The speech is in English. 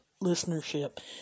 listenership